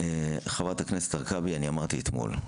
חברת הכנסת הרכבי, אמרתי אתמול: